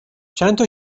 چندتا